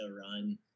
run